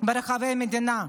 ברחבי המדינה,